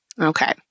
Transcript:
Okay